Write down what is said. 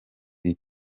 kazi